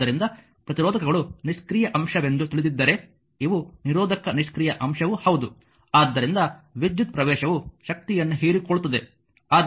ಆದ್ದರಿಂದ ಪ್ರತಿರೋಧಕಗಳು ನಿಷ್ಕ್ರಿಯ ಅಂಶವೆಂದು ತಿಳಿದಿದ್ದರೆ ಇವು ನಿರೋಧಕ ನಿಷ್ಕ್ರಿಯ ಅಂಶವೂ ಹೌದು ಆದ್ದರಿಂದ ವಿದ್ಯುತ್ ಪ್ರವೇಶವು ಶಕ್ತಿಯನ್ನು ಹೀರಿಕೊಳ್ಳುತ್ತದೆ